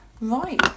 Right